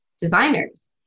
designers